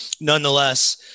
nonetheless